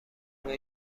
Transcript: قوه